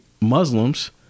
Muslims